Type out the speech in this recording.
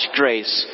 grace